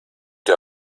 der